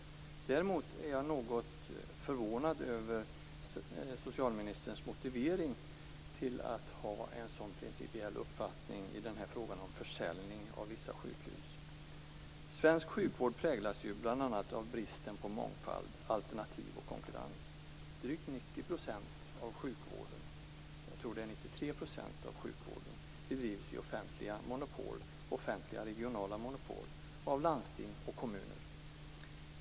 Däremot är jag något förvånad över socialministerns motivering till att ha en sådan principiell uppfattning i frågan om försäljning av vissa sjukhus. Svensk sjukvård präglas bl.a. av bristen på mångfald, alternativ och konkurrens. Drygt 90 % av sjukvården - jag tror att det är 93 %- bedrivs i offentliga regionala monopol av landsting och kommuner.